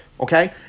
Okay